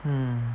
mm